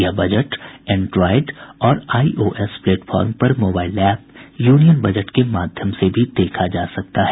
यह budget Android और I O S platform पर मोबाइल ऐप यूनियन बजट के माध्यम से भी देखा जा सकता है